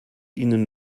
ihnen